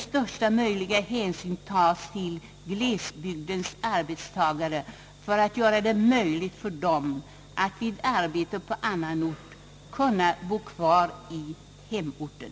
Största möjliga hänsyn bör då tas till glesbygdens arbetstagare för att göra det möjligt för dem att vid arbete på annan ort kunna bo kvar i hemorten.